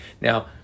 Now